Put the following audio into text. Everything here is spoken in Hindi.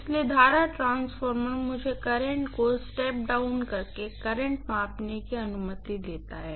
इसलिए करंट ट्रांसफॉर्मर मुझे करंट को स्टेप डाउन करके करंट मापने की अनुमति देता है